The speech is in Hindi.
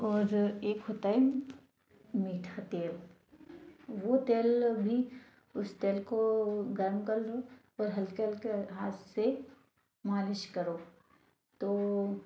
और एक होता है मीठा तेल वो तेल भी उस तेल को गर्म कर लो और हल्के हल्के हाथ से मालिश करो तो